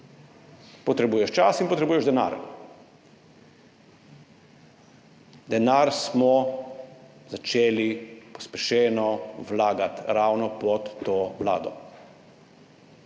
potrebuješ čas in potrebuješ denar. Denar smo začeli pospešeno vlagati ravno pod to vlado.